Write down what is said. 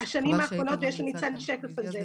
השנים האחרונות, יש לניצן שקף על זה.